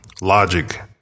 Logic